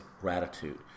gratitude